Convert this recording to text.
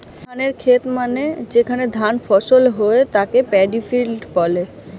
ধানের খেত মানে যেখানে ধান ফসল হয়ে তাকে প্যাডি ফিল্ড বলে